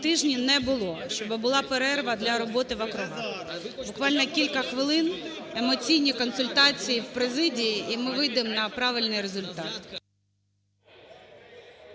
тижні не було, щоб була перерва для роботи в округах. Буквально кілька хвилин. Емоційні консультації у президії і ми вийдемо на правильний результат.